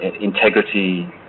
integrity